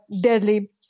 deadly